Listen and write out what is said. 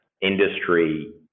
industry